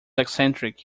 eccentric